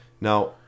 Now